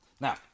Now